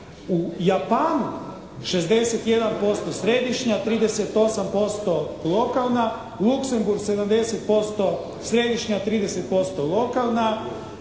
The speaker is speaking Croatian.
U Japanu 61% središnja, 38% lokalna. Luxembourg 70% središnja, 30% lokalna.